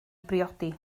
briodi